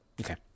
Okay